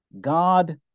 God